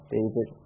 David